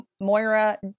Moira